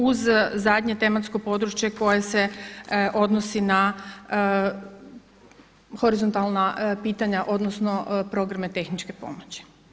Uz zadnje tematsko područje koje se odnosi na horizontalna pitanja odnosno programe tehničke pomoći.